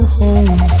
home